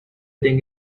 think